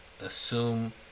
assume